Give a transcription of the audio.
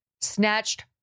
snatched